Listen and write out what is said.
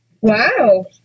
Wow